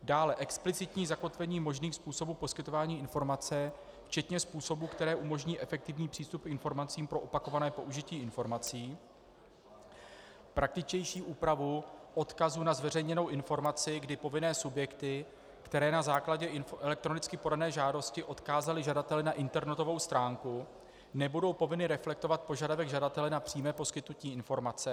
Dále explicitní zakotvení možných způsobů poskytování informace včetně způsobů, které umožní efektivní přístup k informacím pro opakované použití informací, praktičtější úpravu odkazu na zveřejněnou informaci, kdy povinné subjekty, které na základě elektronicky podané žádosti odkázaly žadatele na internetovou stránku, nebudou povinny reflektovat požadavek žadatele na přímé poskytnutí informace.